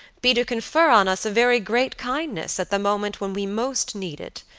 be to confer on us a very great kindness at the moment when we most need it.